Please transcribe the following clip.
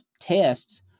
tests